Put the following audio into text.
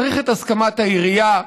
צריך את הסכמת העירייה,